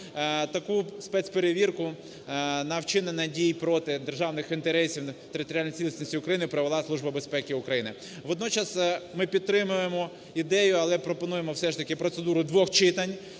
таку спецперевірку на вчинення дій проти державних інтересів, територіальної цілісності всієї України провела Служба безпеки України. Водночас, ми підтримуємо ідею, але пропонуємо все ж таки процедуру двох читань,